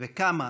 וקמה